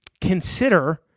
consider